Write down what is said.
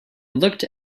looked